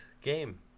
game